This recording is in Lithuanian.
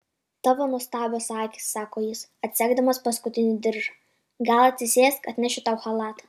tavo nuostabios akys sako jis atsegdamas paskutinį diržą gal atsisėsk atnešiu tau chalatą